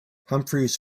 humphries